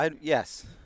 Yes